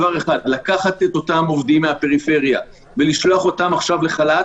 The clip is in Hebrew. לקחת את אותם עובדים מהפריפריה ולשלוח אותם עכשיו לחל"ת